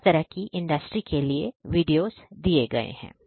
हर तरह की की इंडस्ट्री के लिए वीडियोस दिए गए हैं